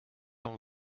een